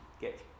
get